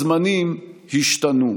הזמנים השתנו.